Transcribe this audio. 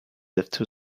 after